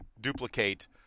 duplicate